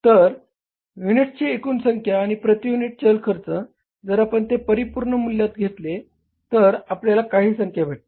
तर युनिट्सची एकूण संख्या आणि प्रती युनिट चल खर्च जर आपण ते परिपूर्ण मूल्यात घेतले तर आपल्याला काही संख्या भेटतील